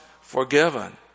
forgiven